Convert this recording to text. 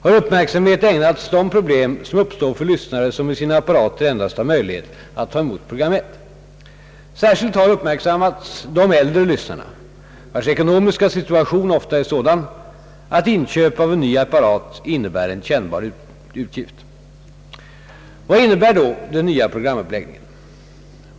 har uppmärksamhet ägnats de problem som uppstår för lyssnare, som med sina apparater endast har möjlighet att ta emot program 1. Särskilt har uppmärksammats de äldre lyssnarna, vilkas ekonomiska situation ofta är sådan, att inköp av en ny apparat innebär en kännbar utgift. Vad innebär då den nya programuppläggningen?